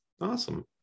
Awesome